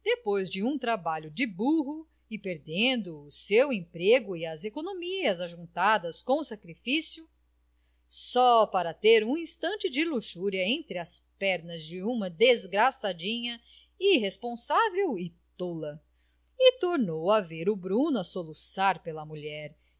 depois de um trabalho de barro e perdendo o seu emprego e as economias ajuntadas com sacrifício para ter um instante de luxúria entre as pernas de uma desgraçadinha irresponsável e tola e tornou a ver o bruno a soluçar pela mulher